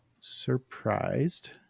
surprised